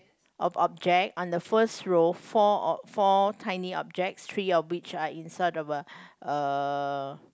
of objects on the first row four or four tiny objects three of which are inside of a err